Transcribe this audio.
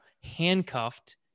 handcuffed